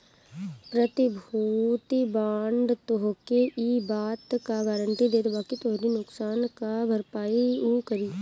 प्रतिभूति बांड तोहके इ बात कअ गारंटी देत बाकि तोहरी नुकसान कअ भरपाई उ करी